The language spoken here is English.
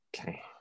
Okay